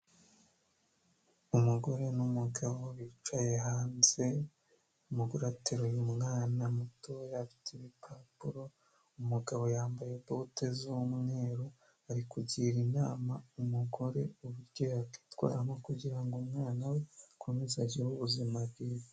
Umugore n'umugabo bicaye hanze, umugore ateruye umwana mutoya afite ibipapuro, umugabo yambaye bote z'umweru ari kugira inama umugore uburyo yakitwaramo kugira ngo umwana we akomeze agire ubuzima bwiza.